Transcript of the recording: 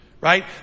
right